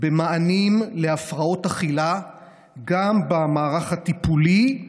במענים להפרעות אכילה גם במערך הטיפולי,